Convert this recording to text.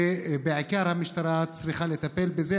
שבעיקר המשטרה צריכה לטפל בזה,